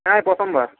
হ্যাঁ প্রথমবার